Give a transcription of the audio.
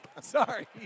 Sorry